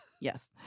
Yes